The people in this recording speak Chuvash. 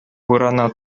вырӑна